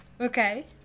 okay